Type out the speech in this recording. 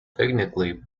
technically